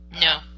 No